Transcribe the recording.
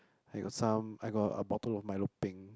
I got some I got a bottle of milo peng